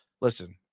Listen